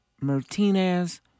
Martinez